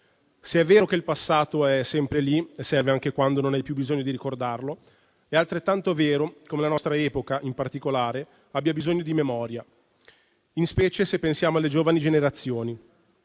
Se è vero che il passato è sempre lì e serve anche quando non hai più bisogno di ricordarlo, è altrettanto vero come la nostra epoca in particolare abbia bisogno di memoria, in specie se pensiamo alle giovani generazioni.